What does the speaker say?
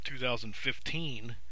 2015